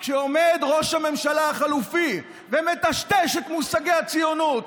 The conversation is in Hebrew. כשעומד ראש הממשלה החלופי ומטשטש את מושגי הציונות,